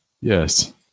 Yes